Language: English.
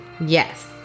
Yes